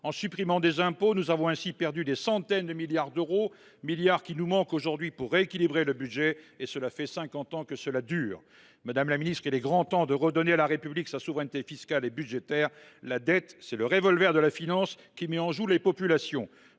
En supprimant des impôts, nous avons ainsi perdu des centaines de milliards d’euros, qui nous manquent aujourd’hui pour rééquilibrer le budget. Et voilà cinquante ans que cela dure ! Il est grand temps de redonner à la République sa souveraineté fiscale et budgétaire. La dette, c’est le revolver de la finance qui met en joue les populations.